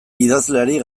idazleari